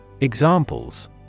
Examples